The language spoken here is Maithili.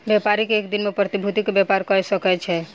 व्यापारी एक दिन में प्रतिभूति के व्यापार कय सकै छै